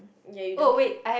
ya you don't care